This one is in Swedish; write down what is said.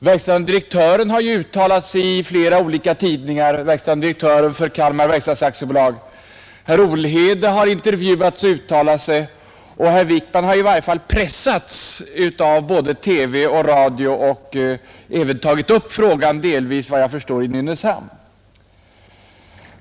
Verkställande direktören för Kalmar verkstads AB har ju uttalat sig i flera olika tidningar, herr Olhede har intervjuats och herr Wickman har i varje fall pressats av både TV och radio och även delvis tagit upp frågan i Nynäshamn.